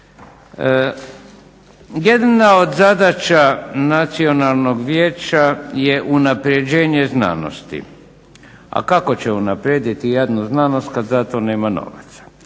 Jedna od zadaća Nacionalnog vijeća je unapređenje znanosti. A kako će unaprijediti jadnu znanost kad za to nema novaca?